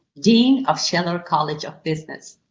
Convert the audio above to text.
dean of scheller college of business.